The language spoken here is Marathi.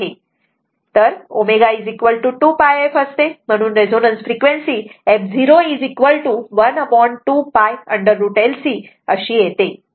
तर ω2 𝝅 f असते म्हणून resonance frequency f0 12 𝝅 √ L C अशी येते